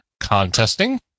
contesting